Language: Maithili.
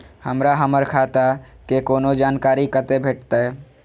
हमरा हमर खाता के कोनो जानकारी कतै भेटतै?